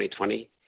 2020